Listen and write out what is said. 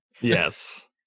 Yes